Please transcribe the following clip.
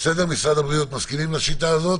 משרד הבריאות, אתם מסכימים לשיטה הזאת?